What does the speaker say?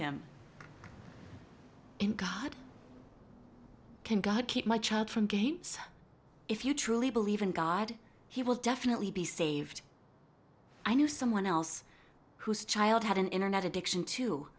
him in god can god keep my child from games if you truly believe in god he will definitely be saved i knew someone else whose child had an internet addiction to